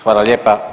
Hvala lijepa.